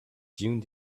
june